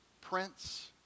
Prince